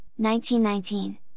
1919